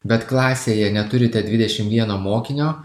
bet klasėje neturite dvidešimt vieno mokinio